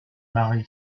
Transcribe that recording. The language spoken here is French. marie